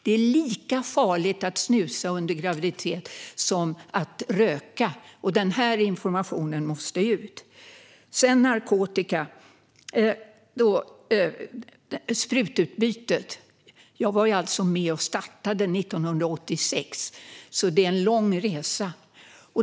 Det är lika farligt att snusa under graviditet som att röka, och denna information måste ut. Jag vill också säga något om narkotika. Jag var med och startade sprututbytet 1986, så det är en lång resa.